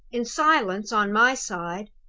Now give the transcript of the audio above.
in silence, on my side,